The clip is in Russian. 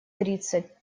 тридцать